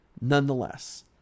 nonetheless